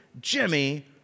Jimmy